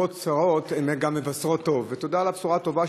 תשובות קצרות גם מבשרות טוב ותודה על הבשורה הטובה,